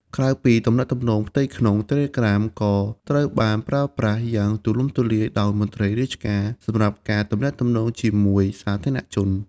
ក្រៅពីការទំនាក់ទំនងផ្ទៃក្នុង Telegram ក៏ត្រូវបានប្រើប្រាស់យ៉ាងទូលំទូលាយដោយមន្ត្រីរាជការ សម្រាប់ការទំនាក់ទំនងជាមួយសាធារណជន។